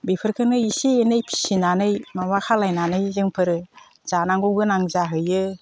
बेफोरखौनो इसे एनै फिसिनानै माबा खालामनानै जोंफोरो जानांगौ गोनां जाहैयो